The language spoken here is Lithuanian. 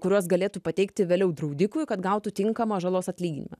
kuriuos galėtų pateikti vėliau draudikui kad gautų tinkamą žalos atlyginimą